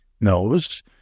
knows